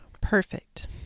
Perfect